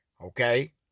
Okay